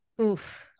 Oof